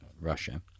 Russia